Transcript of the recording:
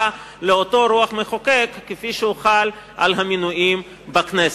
לאותה רוח המחוקק שחלה על המינויים בכנסת.